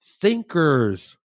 thinkers